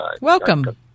Welcome